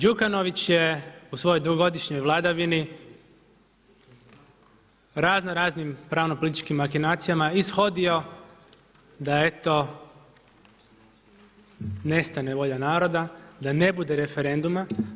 Đukanović je u svojoj dugogodišnjoj vladavini raznoraznim pravno političkim makinacijama ishodio da eto nestane volja naroda, da ne bude referenduma.